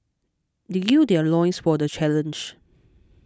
they gird their loins for the challenge